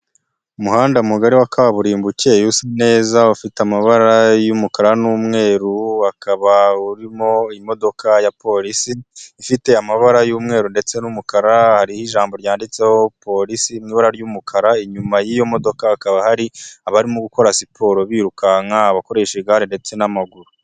Umuhanda mugari wa kaburimbo ukeye usa neza, ufite amabara y'umukara n'umweru, ukaba urimo imodoka ya Polisi ifite amabara y'umweru ndetse n'umukara, hariho ijambo ryanditseho Polisi mu ibara ry'umukara, inyuma y'iyo modoka hakaba hari abarimo gukora siporo birukanka, abakoresha igare ndetse n'amaguru.